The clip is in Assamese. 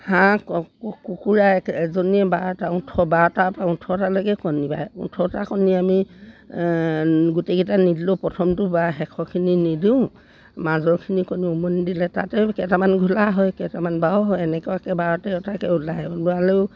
হাঁহ কুকুৰা এক এজনীয়ে বাৰটা ওঠৰ বাৰটা ওঠটালৈকে কণী পাৰে ওঠৰটা কণী আমি গোটেইকেইটা নিদিলেও প্ৰথমটো বা শেষৰখিনি নিদিওঁ মাজৰখিনি কণী উমনি দিলে তাতে কেইটামান ঘোলা হয় কেইটামান বাৰু হয় এনেকুৱাকৈ বাৰ তেৰটাকৈ ওলায় ওলালেও